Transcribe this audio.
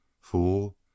Fool